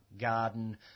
garden